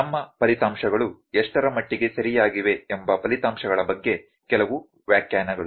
ನಮ್ಮ ಫಲಿತಾಂಶಗಳು ಎಷ್ಟರ ಮಟ್ಟಿಗೆ ಸರಿಯಾಗಿವೆ ಎಂಬ ಫಲಿತಾಂಶಗಳ ಬಗ್ಗೆ ಕೆಲವು ವ್ಯಾಖ್ಯಾನಗಳು